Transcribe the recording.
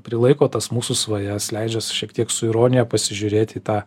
prilaiko tas mūsų svajas leidžias šiek tiek su ironija pasižiūrėt į tą